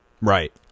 Right